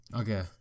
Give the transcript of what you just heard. okay